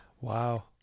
wow